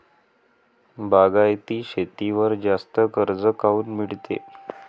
बागायती शेतीवर जास्त कर्ज काऊन मिळते?